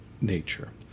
nature